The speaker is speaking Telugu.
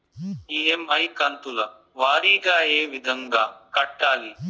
ఇ.ఎమ్.ఐ కంతుల వారీగా ఏ విధంగా కట్టాలి